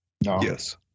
Yes